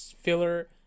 filler